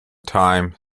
time